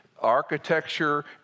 architecture